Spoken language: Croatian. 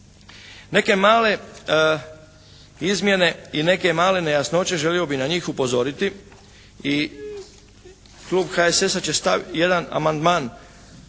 Neke male izmjene i neke male nejasnoće želio bih na njih upozoriti i klub HSS-a će jedan amandman.